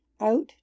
out